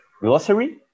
glossary